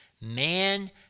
Man